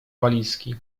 walizki